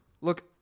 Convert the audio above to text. Look